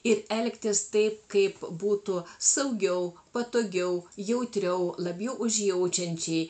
ir elgtis taip kaip būtų saugiau patogiau jautriau labiau užjaučiančiai